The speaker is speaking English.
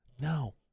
no